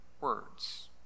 words